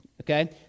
Okay